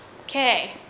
Okay